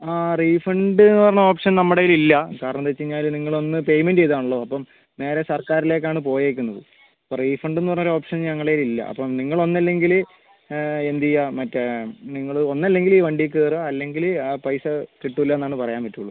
റീഫണ്ട്ന്ന് പറഞ്ഞ ഓപ്ഷൻ നമ്മടേൽ ഇല്ല കാരണം എന്താന്ന് വെച്ച് കഴിഞ്ഞാൽ നിങ്ങൾ ഒന്ന് പേയ്മെൻറ്റ് ചെയ്തതാണല്ലോ അപ്പം നേരെ സർക്കാരിലേക്കാണ് പോയേക്കുന്നത് അപ്പം റീഫണ്ട്ന്ന് പറഞ്ഞ ഓപ്ഷൻ ഞങ്ങളതിൽ ഇല്ല അപ്പം നിങ്ങൾ ഒന്നല്ലെങ്കിൽ എന്ത് ചെയ്യാ മറ്റേ നിങ്ങൾ ഒന്നല്ലെങ്കിൽ ഈ വണ്ടീ കയറാം അല്ലെങ്കിൽ ആ പൈസ കിട്ടൂല്ലാന്നാണ് പറയാൻ പറ്റുള്ളൂ